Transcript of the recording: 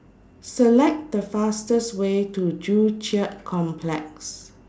Select The fastest Way to Joo Chiat Complex